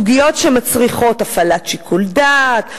סוגיות שמצריכות הפעלת שיקול דעת,